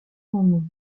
romeu